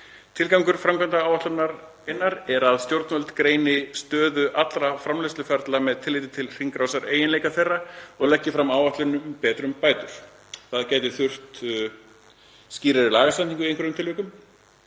Tilgangur framkvæmdaáætlunar er að stjórnvöld greini stöðu allra framleiðsluferla með tilliti til hringrásareiginleika þeirra og leggi fram áætlun um betrumbætur. Það gæti þurft skýrari lagasetningu í einhverjum tilvikum,